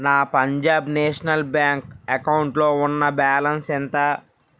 నా Punjab National Bank అకౌంట్లో ఉన్న బ్యాలెన్స్ ఎంత